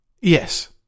Yes